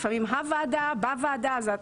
לפעמים כתוב הוועדה או בוועדה.